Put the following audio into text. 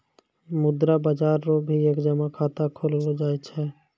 मुद्रा बाजार रो भी एक जमा खाता खोललो जाय छै